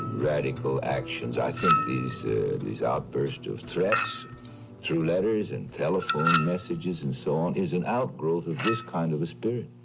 radical actions. i think these these outbursts of threats through letters and telephone messages and so on is an outgrowth of this kind of a spirit